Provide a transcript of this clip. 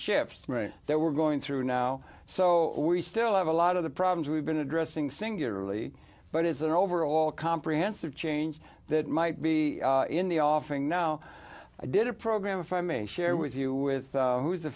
shift that we're going through now so we still have a lot of the problems we've been addressing singularly but is an overall comprehensive change that might be in the offing now i did a program if i may share with you with who's a